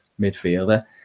midfielder